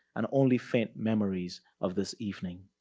and only faint memories of this evening.